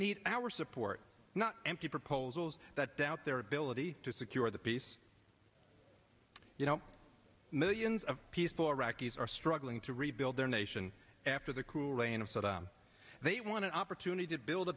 need our support not empty proposals that doubt their ability to secure the peace you know millions of peaceful iraqis are struggling to rebuild their nation after the cruel lane of saddam they want to opportunity to build a